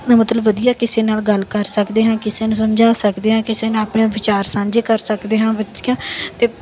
ਮਤਲਬ ਵਧੀਆ ਕਿਸੇ ਨਾਲ ਗੱਲ ਕਰ ਸਕਦੇ ਹਾਂ ਕਿਸੇ ਨੂੰ ਸਮਝਾ ਸਕਦੇ ਹਾਂ ਕਿਸੇ ਨਾਲ ਆਪਣੇ ਵਿਚਾਰ ਸਾਂਝੇ ਕਰ ਸਕਦੇ ਹਾਂ ਅਤੇ